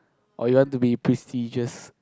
or you want to be prestigious